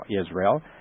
Israel